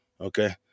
okay